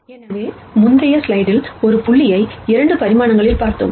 எனவே முந்தைய ஸ்லைடில் ஒரு புள்ளியை 2 பரிமாணங்களில் பார்த்தோம்